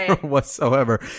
whatsoever